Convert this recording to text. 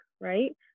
right